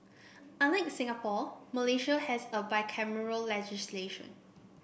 unlike Singapore Malaysia has a bicameral legislation